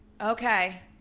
Okay